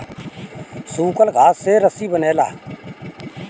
सूखल घास से रस्सी बनेला